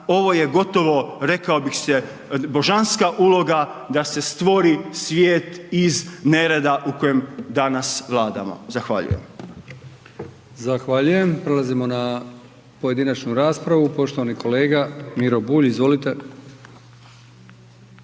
ovo je gotovo rekao bih se božanska uloga da se stvori svijet iz nereda u kojem danas vladamo. Zahvaljujem. **Brkić, Milijan (HDZ)** Zahvaljujem. Prelazimo na pojedinačnu raspravu, poštovani kolega Miro Bulj, izvolite.